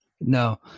No